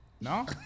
No